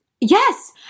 Yes